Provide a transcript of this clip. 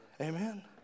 Amen